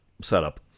setup